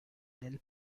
del